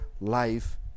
life